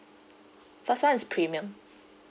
first one is premium